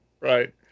right